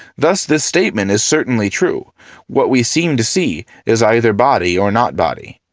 thus this statement is certainly true what we seem to see is either body or not body.